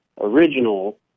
original